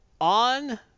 On